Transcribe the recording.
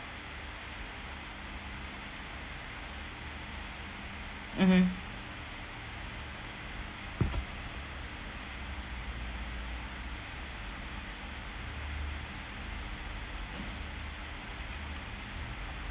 mmhmm